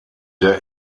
der